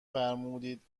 فرمودید